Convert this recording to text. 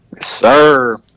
Sir